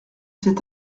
cet